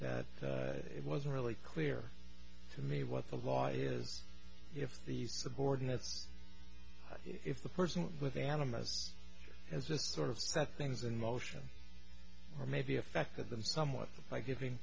that it was really clear to me what the law is if the subordinates if the person with animas as just sort of set things in motion or maybe affected them somewhat by giving